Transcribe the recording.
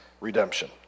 redemption